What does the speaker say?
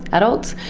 adults.